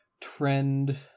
trend